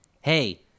hey